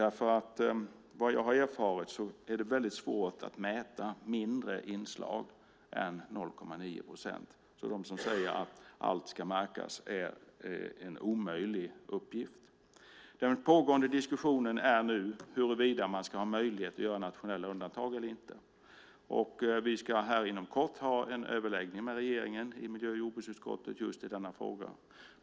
Enligt vad jag har erfarit är det nämligen väldigt svårt att mäta mindre inslag än 0,9 procent. Det finns de som säger att allt ska märkas, men det är en omöjlig uppgift. Den pågående diskussionen gäller nu huruvida man ska ha möjlighet att göra nationella undantag eller inte. Vi ska inom kort ha en överläggning med regeringen i miljö och jordbruksutskottet just i denna fråga.